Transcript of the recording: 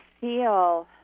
feel